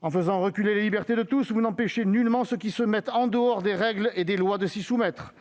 En faisant reculer les libertés de tous, vous ne contraignez nullement ceux qui se mettent en dehors des règles et des lois à s'y soumettre.